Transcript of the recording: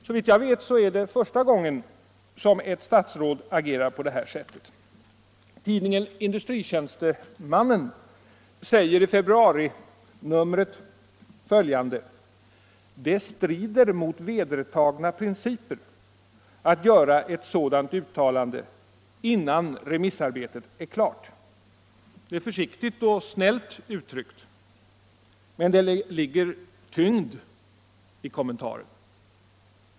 Såvitt jag vet är det första gången som ett statsråd agerar på det här sättet. Tidningen Industritjänstemannen säger i februarinumret följande: ”Det strider mot vedertagna principer att göra ett sådant uttalande innan remissarbetet är klart.” Det är försiktigt och snällt uttryckt, men det ligger tyngd i kommentaren.